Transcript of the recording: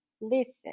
listen